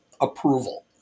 approval